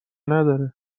نداره